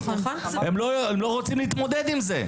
הם לא רוצים להתמודד עם זה.